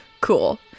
Cool